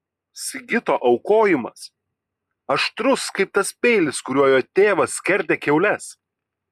sigito aukojimas aštrus kaip tas peilis kuriuo jo tėvas skerdė kiaules